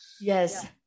Yes